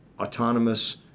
autonomous